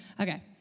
Okay